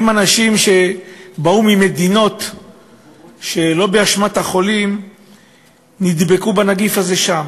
הם אנשים שבאו ממדינות שהם נדבקו שם בנגיף שלא באשמתם.